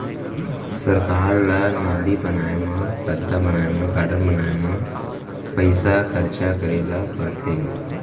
सरकार ल नाली बनाए म, रद्दा बनाए म, गारडन बनाए म पइसा खरचा करे ल परथे